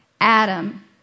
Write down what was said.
Adam